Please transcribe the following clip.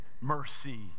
mercy